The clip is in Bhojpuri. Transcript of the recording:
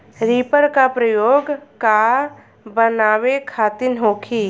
रिपर का प्रयोग का बनावे खातिन होखि?